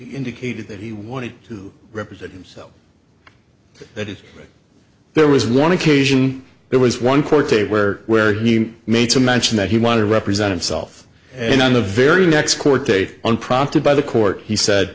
indicated that he wanted to represent himself that if there was one occasion there was one quarter where where he made some mention that he wanted to represent himself and on the very next court date unprompted by the court he said